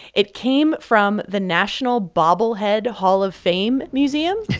it came from the national bobblehead hall of fame museum,